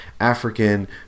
African